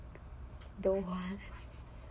though